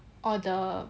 orh the